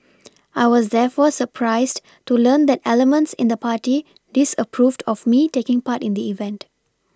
I was therefore surprised to learn that elements in the party disapproved of me taking part in the event